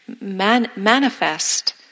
manifest